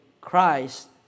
Christ